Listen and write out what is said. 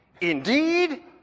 Indeed